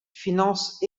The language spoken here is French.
financent